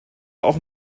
auch